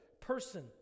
person